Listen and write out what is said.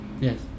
Yes